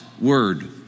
word